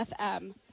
FM